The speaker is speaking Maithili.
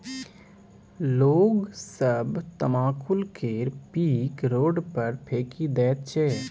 लोग सब तमाकुल केर पीक रोड पर फेकि दैत छै